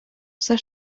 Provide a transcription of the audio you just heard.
все